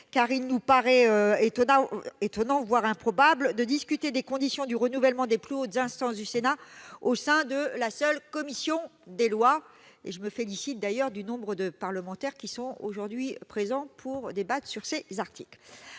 car il nous paraît étonnant, voire improbable, de discuter des conditions du renouvellement des plus hautes instances du Sénat au sein de la seule commission des lois. Je me félicite d'ailleurs du nombre de parlementaires qui sont aujourd'hui présents pour débattre de ce texte.